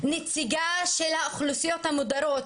נציגה של האוכלוסיות המודרות,